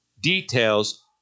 details